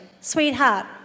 sweetheart